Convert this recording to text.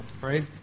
right